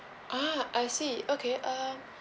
ah i see okay um